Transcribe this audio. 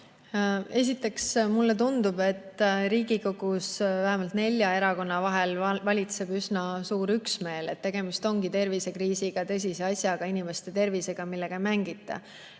Esiteks, mulle tundub, et Riigikogus vähemalt nelja erakonna vahel valitseb üsna suur üksmeel, et tegemist on tervisekriisiga, väga tõsise asjaga, inimeste tervisega, millega ei mängita.